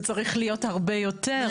זה צריך להיות הרבה יותר.